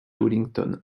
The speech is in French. wellington